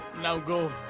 now go,